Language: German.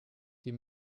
die